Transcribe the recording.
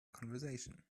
conversation